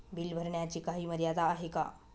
Bill भरण्याची काही मर्यादा आहे का?